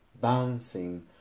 bouncing